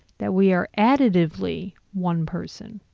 that we are additively one person.